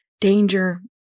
danger